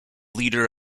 leader